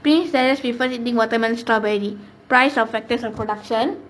piece before eating watermelon strawberry price of factors of production